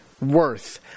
worth